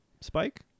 spike